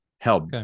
help